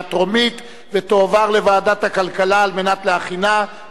לדיון מוקדם בוועדת הכלכלה נתקבלה.